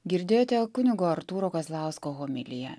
girdėjote kunigo artūro kazlausko homiliją